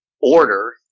Order